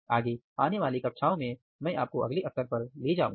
आगे आने वाली कक्षाओं में मैं आपको अगले स्तर पर ले जाऊंगा